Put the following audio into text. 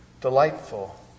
delightful